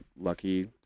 lucky